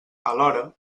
alhora